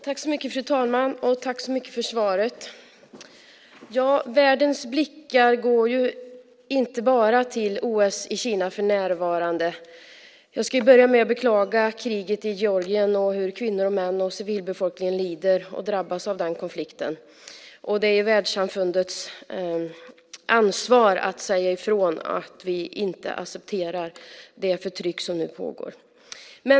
Fru talman! Tack så mycket för svaret! Världens blickar går ju inte bara till OS i Kina för närvarande. Jag skulle vilja börja med att beklaga kriget i Georgien och hur civilbefolkningen, kvinnor och män, lider och drabbas av den konflikten. Det är världssamfundets ansvar att säga ifrån att vi inte accepterar det förtryck som nu pågår.